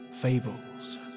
fables